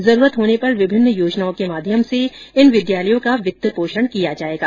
जरूरत होने पर विभिन्न योजनाओं के माध्यम से इन विद्यालयों का वित्त पोषण किया जायेगा